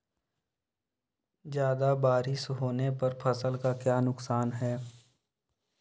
ज्यादा बारिस होने पर फसल का क्या नुकसान है?